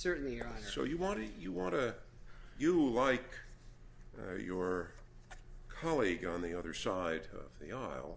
certainly i'm sure you want to you want to you like your colleague on the other side of the r l